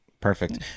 perfect